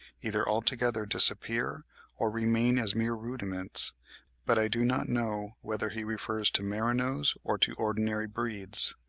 either altogether disappear or remain as mere rudiments but i do not know whether he refers to merinos or to ordinary breeds.